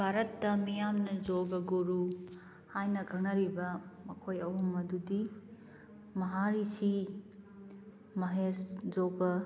ꯚꯥꯔꯠꯇ ꯃꯤꯌꯥꯝꯅ ꯌꯣꯒꯥ ꯒꯨꯔꯨ ꯍꯥꯏꯅ ꯈꯪꯅꯔꯤꯕ ꯃꯈꯣꯏ ꯑꯍꯨꯝ ꯑꯗꯨꯗꯤ ꯃꯍꯥ ꯔꯤꯁꯤ ꯃꯍꯦꯁ ꯌꯣꯒꯥ